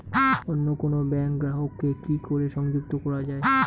অন্য কোনো ব্যাংক গ্রাহক কে কি করে সংযুক্ত করা য়ায়?